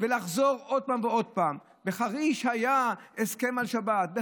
לחזור עוד פעם ועוד פעם שבחריש היה הסכם על שבת,